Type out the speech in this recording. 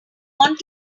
want